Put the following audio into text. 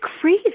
crazy